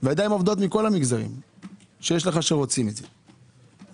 מכל המגזרים שרוצים את זה.